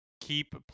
keep